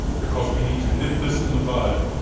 because we need to nip this in the bud.